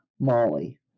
Molly